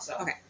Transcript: okay